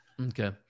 Okay